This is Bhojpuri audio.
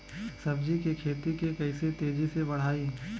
सब्जी के खेती के कइसे तेजी से बढ़ाई?